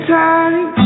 time